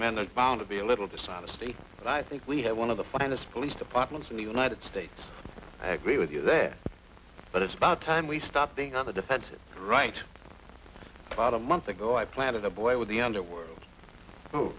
men and found to be a little dishonesty i think we have one of the finest police departments in the united states agree with you there but it's about time we stopped being on the defensive right about a month ago i planted a boy with the underworld